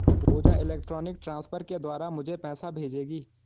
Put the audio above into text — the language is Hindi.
पूजा इलेक्ट्रॉनिक ट्रांसफर के द्वारा मुझें पैसा भेजेगी